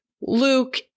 Luke